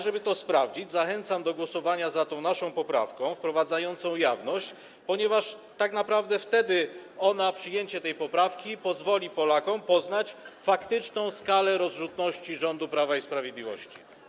Żeby to sprawdzić, zachęcam do głosowania za tą naszą poprawką, wprowadzającą jawność, ponieważ tak naprawdę przyjęcie tej poprawki pozwoli Polakom poznać faktyczną skalę rozrzutności rządu Prawa i Sprawiedliwości.